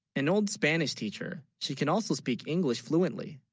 an old spanish teacher she can, also speak english fluently